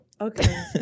Okay